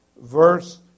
verse